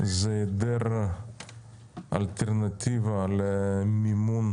שמסתמנות כרגע זה היעדר אלטרנטיבה למימון,